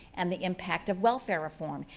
and the impact of welfare reform.